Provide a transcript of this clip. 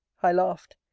i laughed.